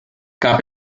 gab